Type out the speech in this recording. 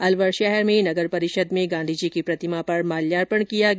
अलवर शहर में नगर परिषद में गांधी जी की प्रतिमा पर माल्यार्पण किया गया